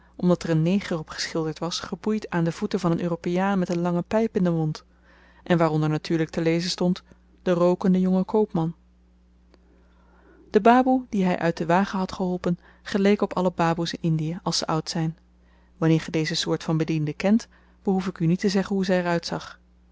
omdat er een neger op geschilderd was geboeid aan de voeten van een europeaan met een lange pyp in den mond en waaronder natuurlyk te lezen stond de rookende jonge koopman de baboe die hy uit den wagen had geholpen geleek op alle baboes in indie als ze oud zyn wanneer ge deze soort van bedienden kent behoef ik u niet te zeggen hoe zy er uitzag